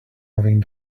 having